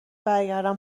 برگردم